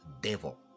devil